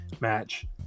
match